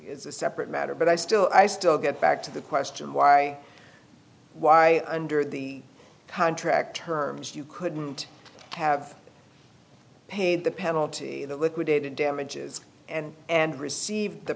a separate matter but i still i still get back to the question why why under the contract terms you couldn't have paid the penalty that liquidated damages and and received the